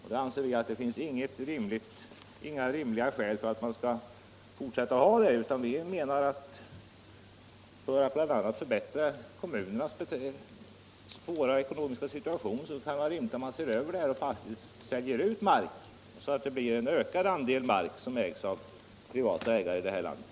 Vi anser att det inte finns några rimliga skäl att fortsätta att äga sådan mark, utan enligt vår mening kan det vara rimligt att se över frågan och för att bl.a. förbättra kom munernas svåra ekonomiska situation faktiskt sälja mark, så att det blir en ökning av andelen mark som ägs av privata ägare i det här landet.